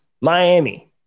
Miami